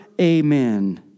amen